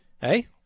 Hey